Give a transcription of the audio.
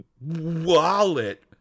wallet